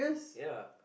ya